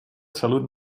salut